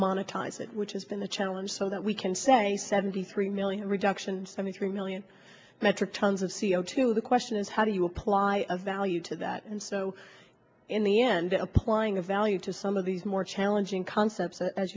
it which has been the challenge so that we can say seventy three million reductions from the three million metric tons of c o two the question is how do you apply a value to that and so in the end applying a value to some of these more challenging concepts